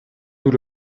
nous